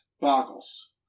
Boggles